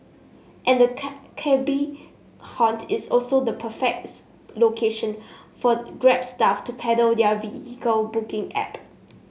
and the cabby haunt is also the perfects location for Grab staff to peddle their vehicle booking app